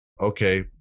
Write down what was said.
okay